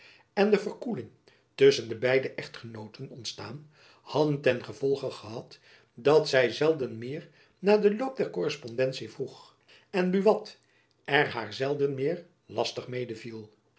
en de verkoeling tusschen de beide echtgenooten ontstaan hadden ten gevolge gehad dat zy zelden meer naar den loop der korrespondentie vroeg en buat er haar zelden meer lastig mede viel